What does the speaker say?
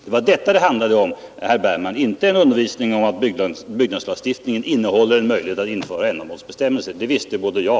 Det var detta det handlade om, herr Bergman, inte undervisning i byggnadslagstiftning.